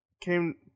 came